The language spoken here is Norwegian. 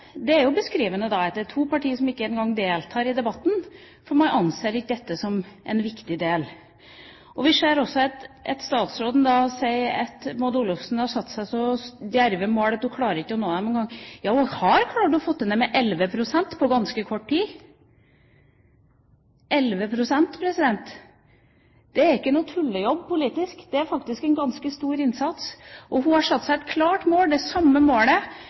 Det er beskrivende at det er to partier som ikke engang deltar i debatten, for man anser ikke dette som en viktig del. Vi hører også at statsråden sier at Maud Olofsson har satt seg så djerve mål at hun ikke engang klarer å nå dem. Jo, hun har klart å få det ned med 11 pst. på ganske kort tid – 11 pst. er ikke noen tullejobb politisk, det er faktisk en ganske stor innsats. Hun har satt seg et klart mål, det samme målet